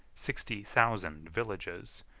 sixty thousand villages,